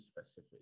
specific